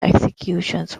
executions